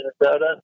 Minnesota